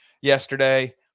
yesterday